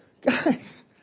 guys